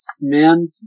men